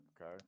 okay